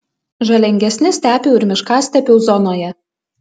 žalingesni stepių ir miškastepių zonoje